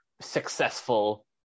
successful